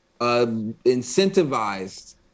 incentivized